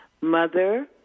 mother